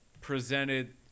presented